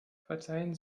verzeihen